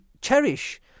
cherish